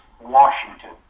Washington